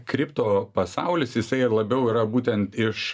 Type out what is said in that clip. kripto pasaulis jisai ir labiau yra būtent iš